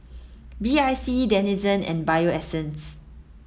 B I C Denizen and Bio Essence